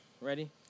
ready